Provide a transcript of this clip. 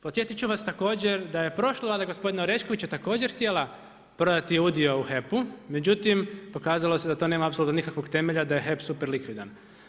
Podsjetit ću vas također da je prošla Vlada gospodina Oreškovića također htjela prodati udio u HEP-u, međutim, pokazalo se da to nema apsolutnog temelja, da je HEP super likvidan.